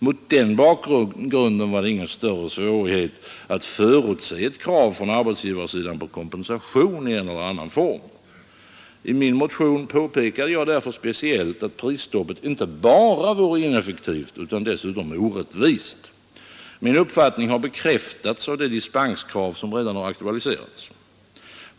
Mot den bakgrunden var det ingen större svårighet att förutse ett krav från arbetsgivarsidan på kompensation i en eller annan form. I min motion påpekade jag därför speciellt att prisstoppet inte bara vore ineffektivt utan dessutom också orättvist. Min uppfattning har bekräftats av de dispenskrav som redan har aktualiserats.